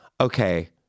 okay